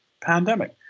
pandemic